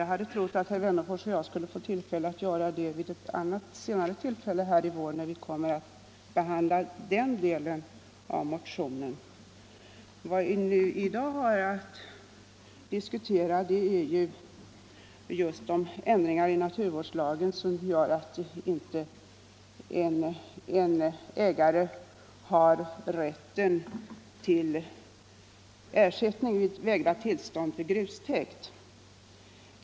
Jag hade trott att herr Wennerfors och jag skulle få tillfälle till det senare i vår när vi behandlar den delen av den moderata motionen. Vad vi i dag har att diskutera är de ändringar i naturvårdslagen som gör att en ägare inte har rätt till ersättning vid vägrat tillstånd till grustäkt.